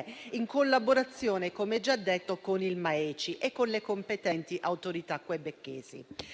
e dei trasporti, in collaborazione, come già detto, con il Ministero degli affari esteri